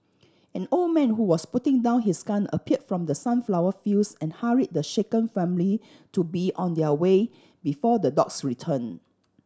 an old man who was putting down his gun appeared from the sunflower fields and hurried the shaken family to be on their way before the dogs return